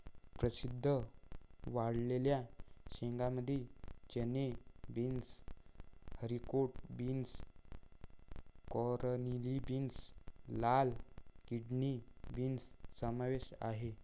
प्रसिद्ध वाळलेल्या शेंगांमध्ये चणे, beans, haricot beans, cannellini beans, लाल किडनी बीन्स समावेश आहे